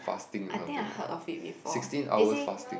I think I heard of it before they say